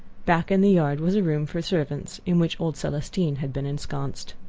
back in the yard was a room for servants, in which old celestine had been ensconced.